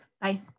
Bye